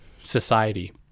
society